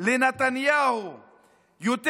לנתניהו יותר